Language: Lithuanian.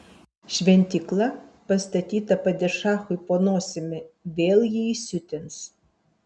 šventykla pastatyta padišachui po nosimi vėl jį įsiutins